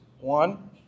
One